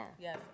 Yes